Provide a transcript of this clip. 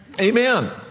Amen